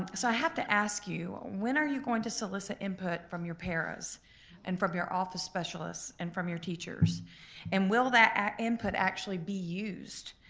ah so i have to ask you, when are you going to solicit input from your para's and from your office specialists and from your teachers and will that input actually be used?